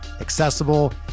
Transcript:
accessible